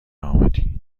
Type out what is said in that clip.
آمدی